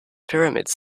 pyramids